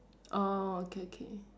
uh okay okay